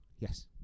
Yes